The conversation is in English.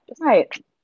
right